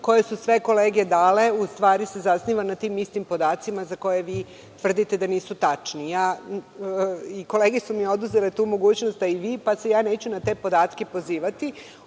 koje su sve kolege dale u stvari zasniva na tim istim podacima za koje tvrdite da nisu tačni. Kolege su mi oduzele tu mogućnost, a i vi, pa se neću na te podatke pozivati. Ono